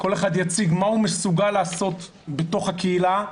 כל אחד יציג מה הוא מסוגל לעשות בתוך הקהילה,